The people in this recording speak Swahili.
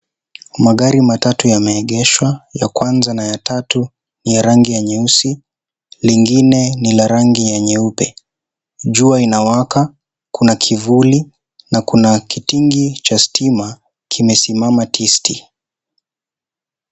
Magari matatu yameegeshwa ya kwanza na ya tatu ni ya rangi ya nyeusi lingine ni la rangi nyeupe jua inawaka kuna kivuli na kuna kitingi cha stima kimesimama tisti.